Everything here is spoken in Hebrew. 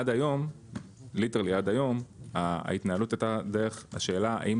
עד היום ההתנהלות הייתה דרך השאלה האם